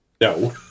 No